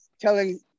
telling